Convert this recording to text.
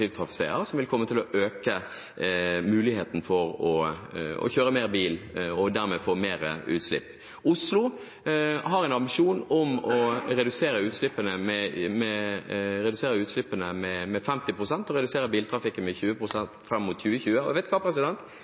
som vil komme til å øke muligheten for å kjøre bil og dermed få mer utslipp. Oslo har en ambisjon om å redusere utslippene med 50 pst. og redusere biltrafikken med 20 pst. fram mot 2020. Jeg